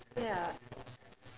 like ya